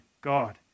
God